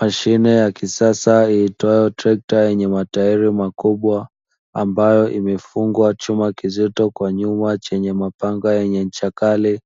Mashine ya kisasa iitwayo trekta yenye matairi makubwa ambayo imefungwa chuma kizito kwa nyuma chenye mapanga yenye ncha kali,